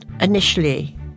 initially